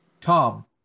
Tom